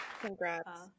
congrats